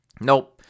Nope